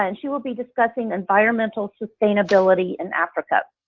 and she will be discussing environmental sustainability in africa.